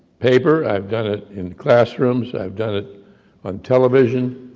paper, i've done it in classrooms, i've done it on television,